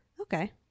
Okay